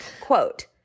Quote